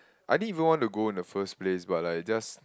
I didn't even want to go in the first place but I just